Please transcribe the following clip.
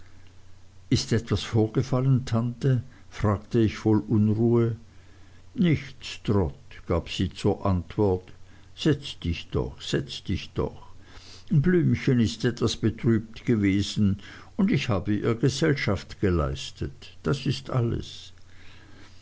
ist etwas vorgefallen tante fragte ich voll unruhe nichts trot gab sie zur antwort setz dich doch setz dich doch blümchen ist etwas betrübt gewesen und ich habe ihr gesellschaft geleistet das ist alles